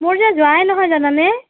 মোৰ যে যোৱাই নহয় জানানে